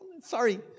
Sorry